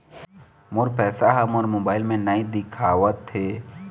मोर पैसा ह मोर मोबाइल में नाई दिखावथे